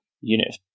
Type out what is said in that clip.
unit